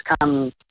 come